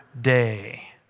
day